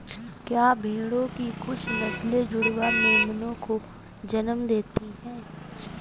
क्या भेड़ों की कुछ नस्लें जुड़वा मेमनों को जन्म देती हैं?